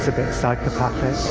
ah bit psychopathic.